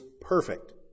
perfect